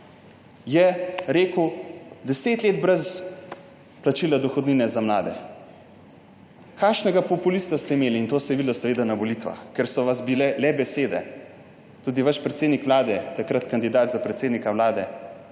je rekel, da 10 let brez plačila dohodnine za mlade. Kakšnega populista ste imeli? In to se je videlo na volitvah. Ker so vas bile le besede. Tudi vaš predsednik vlade, takrat kandidat za poslanca,